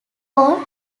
all